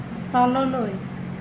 তললৈ